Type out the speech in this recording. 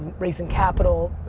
raising capital,